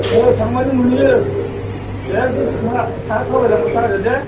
औ थांबानो मोनहैयो एगदम साहा थाबाय लांबायथा ओरै दे